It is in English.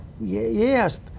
yes